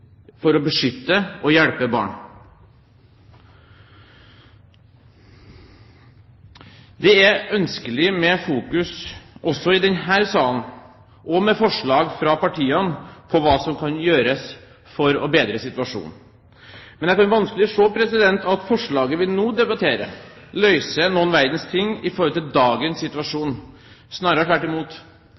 for å beskytte og hjelpe barn. Det er ønskelig med oppmerksomhet også i denne salen og med forslag fra partiene om hva som kan gjøres for å bedre situasjonen. Men jeg kan vanskelig se at forslaget vi nå debatterer, løser noen verdens ting når det gjelder dagens situasjon, snarere tvert imot.